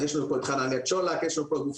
אז יש לנו פה את חנניה צ'ולק ויש לנו גופים